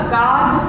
god